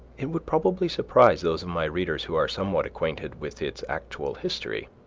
it would probably surprise those of my readers who are somewhat acquainted with its actual history